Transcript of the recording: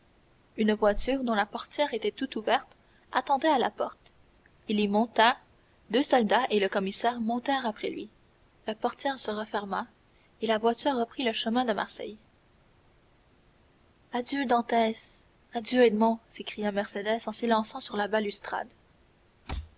une voiture dont la portière était tout ouverte attendait à la porte il y monta deux soldats et le commissaire montèrent après lui la portière se referma et la voiture reprit le chemin de marseille adieu dantès adieu edmond s'écria mercédès en s'élançant sur la balustrade